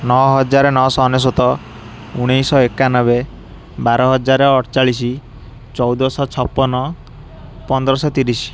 ନଅହଜାର ନଅଶହ ଅନେଶତ ଉଣେଇଶହ ଏକାନବେ ବାରହଜାର ଅଠଚାଳିଶ ଚଉଦଶହ ଛପନ ପନ୍ଦରଶହ ତିରିଶ